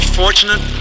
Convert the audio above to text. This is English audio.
fortunate